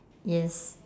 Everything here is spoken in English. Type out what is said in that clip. yes